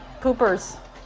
poopers